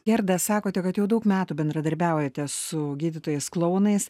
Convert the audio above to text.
gerda sakote kad jau daug metų bendradarbiaujate su gydytojais klounais